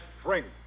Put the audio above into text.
strength